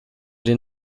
dir